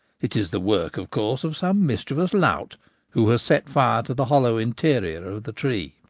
it is the work, of course, of some mischievous lout who has set fire to the hollow interior of the tree.